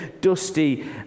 dusty